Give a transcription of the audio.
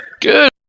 Good